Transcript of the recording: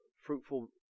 fruitful